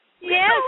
Yes